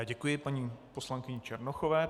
Děkuji paní poslankyni Černochové.